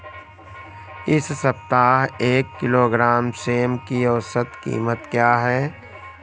इस सप्ताह एक किलोग्राम सेम की औसत कीमत क्या है?